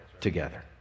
together